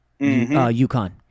UConn